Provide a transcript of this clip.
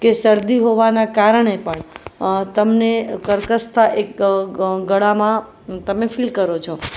કે શરદી હોવાના કારણે પણ તમને કર્કશતા એક ગળામાં તમે ફીલ કરો છો